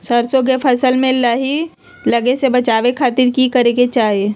सरसों के फसल में लाही लगे से बचावे खातिर की करे के चाही?